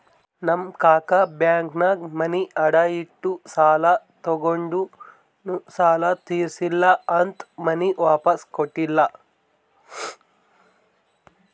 ನಮ್ ಕಾಕಾ ಬ್ಯಾಂಕ್ನಾಗ್ ಮನಿ ಅಡಾ ಇಟ್ಟು ಸಾಲ ತಗೊಂಡಿನು ಸಾಲಾ ತಿರ್ಸಿಲ್ಲಾ ಅಂತ್ ಮನಿ ವಾಪಿಸ್ ಕೊಟ್ಟಿಲ್ಲ